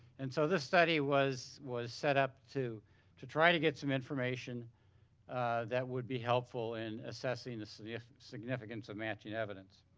and so this study was was set up to to try to get some information that would be helpful in assessing the ah significance of matching evidence.